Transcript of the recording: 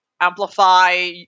amplify